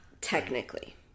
technically